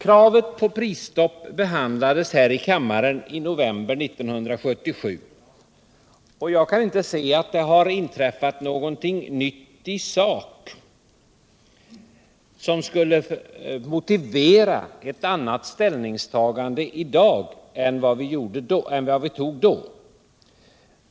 Kravet på prisstopp behandlades här i kammaren i november 1977, och jag kan inte s2 att det har inträffat någonting nytt i sak som skulle motivera ett annat ställningstagande i dag än det ställningstagande vi gjorde då.